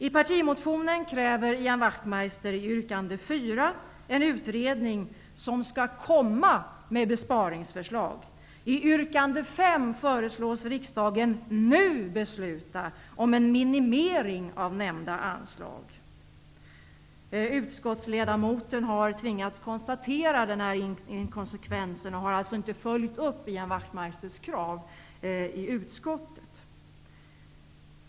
I partimotionen kräver Ian Wachtmeister i yrkande 4 en utredning som skall ''komma'' med besparingsförslag. I yrkande 5 föreslås riksdagen ''nu'' besluta om en minimering av nämnda anslag. Ny demokratis utskottsledamot har tvingats konstatera denna inkonsekvens och har alltså inte följt upp Ian Wachtmeisters krav i utskottet.